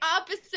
opposite